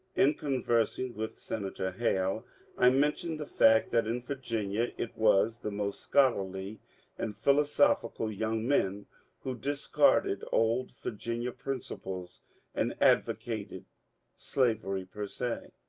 in conversing with senator hale i mentioned the fact that in virginia it was the most scholarly and philosophical young men who discarded old virginia principles and advocated slavery per se.